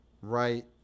Right